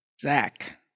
Zach